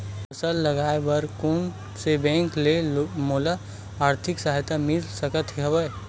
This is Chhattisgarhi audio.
फसल लगाये बर कोन से बैंक ले मोला आर्थिक सहायता मिल सकत हवय?